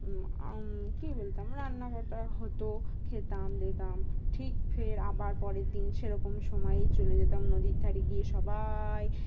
কী বলতাম রান্না করাটা হতো খেতাম দেতাম ঠিক ফের আবার পরের দিন সেরকম সময়েই চলে যেতাম নদীর ধারে গিয়ে সবাই